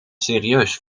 serieus